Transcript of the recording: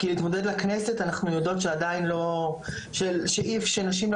כי להתמודד לכנסת אנחנו יודעות שנשים לא